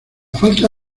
falta